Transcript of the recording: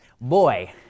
boy